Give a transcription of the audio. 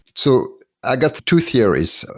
so i got two theories.